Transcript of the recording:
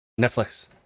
Netflix